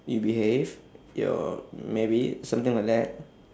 you behave you're married something like that